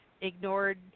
ignored